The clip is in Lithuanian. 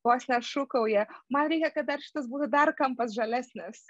vos nešūkauja man reikia kad dar šitas būtų dar kampas žalesnis